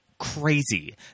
crazy